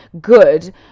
good